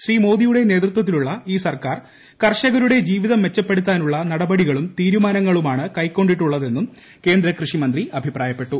ശ്രീ മോദിയുടെ നേതൃത്വത്തിലുള്ള ഈ സർക്കാർ കർഷകരുടെ ജീവിതം മെച്ചപ്പെടുത്താനുള്ള നടപടികളും തീരുമാനങ്ങളുമാണ് കൈക്കൊണ്ടിട്ടുള്ളതെന്നും കേന്ദ്ര കൃഷിമന്ത്രി അഭിപ്രായപ്പെട്ടു